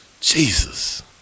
Jesus